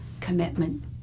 commitment